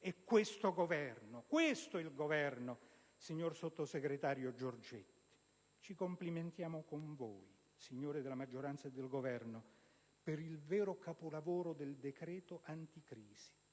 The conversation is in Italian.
Questo è il Governo, signor sottosegretario Giorgetti: ci complimentiamo con voi, signori della maggioranza e del Governo, per il vero capolavoro del decreto anticrisi;